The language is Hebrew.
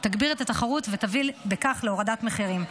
תגביר את התחרות ותביא בכך להורדת מחירים.